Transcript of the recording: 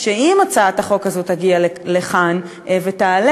שאם הצעת החוק הזאת תגיע לכאן ותעלה,